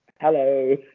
Hello